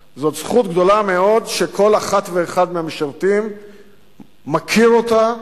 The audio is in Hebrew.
זאת זכות גדולה מאוד שכל אחת ואחד מהמשרתים מכיר אותה,